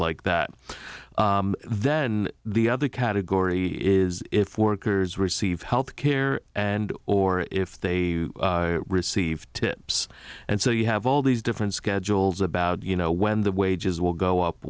like that then the other category is if workers receive health care and or if they receive tips and so you have all these different schedules about you know when the wages will go up